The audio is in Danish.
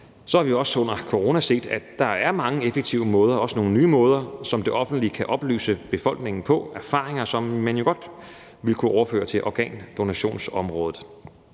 Så har vi jo også under corona set, at der er mange effektive måder, også nogle nye måder, som det offentlige kan oplyse befolkningen på, og det er erfaringer, som man jo godt ville kunne overføre til organdonationsområdet.